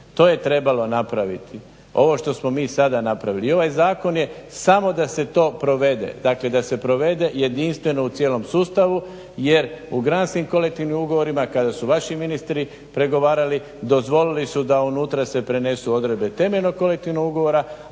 To je trebalo napraviti, ovo što smo mi sada napravili. I ovaj zakon je samo da se to provede, dakle da se provede jedinstveno u cijelom sustavu jer u granskim kolektivnim ugovorima kada su vaši ministri pregovarali dozvolili su da unutra se prenesu odredbe temeljnog kolektivnog ugovora